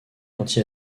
anti